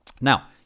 Now